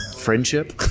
Friendship